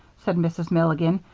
said mrs. milligan,